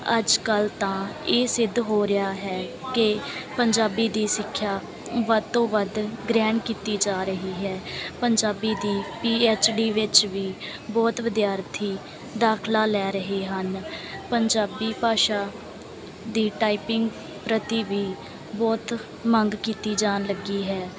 ਅੱਜ ਕੱਲ੍ਹ ਤਾਂ ਇਹ ਸਿੱਧ ਹੋ ਰਿਹਾ ਹੈ ਕਿ ਪੰਜਾਬੀ ਦੀ ਸਿੱਖਿਆ ਵੱਧ ਤੋਂ ਵੱਧ ਗ੍ਰਹਿਣ ਕੀਤੀ ਜਾ ਰਹੀ ਹੈ ਪੰਜਾਬੀ ਦੀ ਪੀ ਐੱਚ ਡੀ ਵਿੱਚ ਵੀ ਬਹੁਤ ਵਿਦਿਆਰਥੀ ਦਾਖਲਾ ਲੈ ਰਹੇ ਹਨ ਪੰਜਾਬੀ ਭਾਸ਼ਾ ਦੀ ਟਾਈਪਿੰਗ ਪ੍ਰਤੀ ਵੀ ਬਹੁਤ ਮੰਗ ਕੀਤੀ ਜਾਣ ਲੱਗੀ ਹੈ